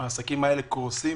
העסקים האלה קורסים,